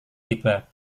tiba